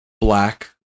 black